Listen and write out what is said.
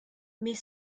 mais